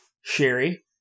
Sherry